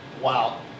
Wow